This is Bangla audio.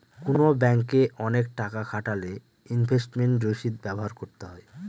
কোনো ব্যাঙ্কে অনেক টাকা খাটালে ইনভেস্টমেন্ট রসিদ ব্যবহার করতে হয়